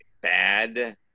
bad